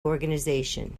organization